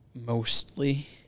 mostly